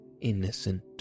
innocent